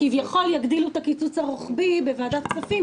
כביכול יגדילו את הקיצוץ הרוחבי בוועדת הכספים,